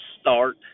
start